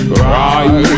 right